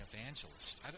evangelist